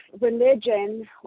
religion